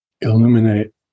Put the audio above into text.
illuminate